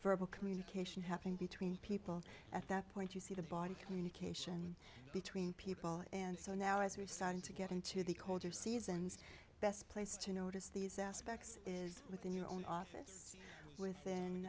verbal communication happening between people at that point you see the body communication between people and so now as we're starting to get into the culture season's best place to notice these aspects is within your own office within